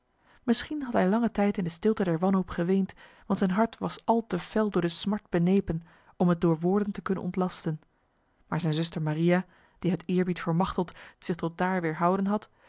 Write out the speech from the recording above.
misschien had hij lange tijd in de stilte der wanhoop geweend want zijn hart was al te fel door de smart benepen om het door woorden te kunnen ontlasten maar zijn zuster maria die uit eerbied voor machteld zich tot daar weerhouden had